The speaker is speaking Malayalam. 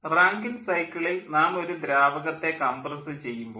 റാങ്കിൻ സൈക്കിളിൽ നാം ഒരു ദ്രാവകത്തെ കംപ്രസ് ചെയ്യുമ്പോൾ